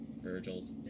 Virgil's